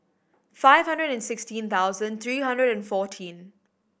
five hundred and sixteen thousand three hundred and fourteen